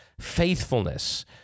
Faithfulness